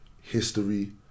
history